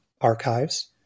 archives